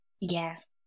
yes